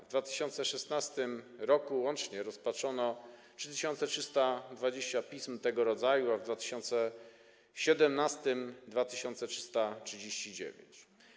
W 2016 r. łącznie rozpatrzono 3320 pism tego rodzaju, a w 2017 r. - 2339.